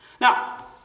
Now